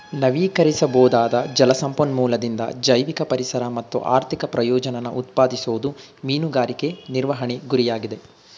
ನವೀಕರಿಸಬೊದಾದ ಜಲ ಸಂಪನ್ಮೂಲದಿಂದ ಜೈವಿಕ ಪರಿಸರ ಮತ್ತು ಆರ್ಥಿಕ ಪ್ರಯೋಜನನ ಉತ್ಪಾದಿಸೋದು ಮೀನುಗಾರಿಕೆ ನಿರ್ವಹಣೆ ಗುರಿಯಾಗಿದೆ